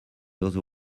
other